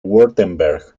wurtemberg